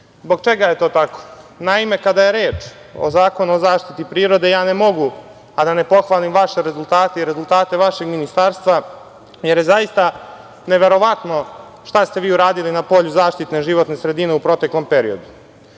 Zbog čega je to tako? Naime, kada je reč o Zakonu o zaštiti prirode, ne mogu a da ne pohvalim vaše rezultate i rezultate vašeg ministarstva, jer je zaista neverovatno šta ste vi uradili na polju zaštite životne sredine u proteklom periodu.